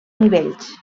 nivells